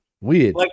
weird